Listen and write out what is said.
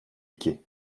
iki